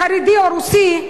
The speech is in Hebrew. "חרדי" או "רוסי"